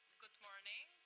good morning.